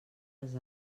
les